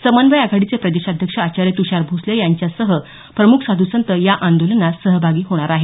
समन्वय आघाडीचे प्रदेशाध्यक्ष आचार्य तुषार भोसले यांच्यासह प्रमुख साधुसंत या आंदोलनास सहभागी होणार आहेत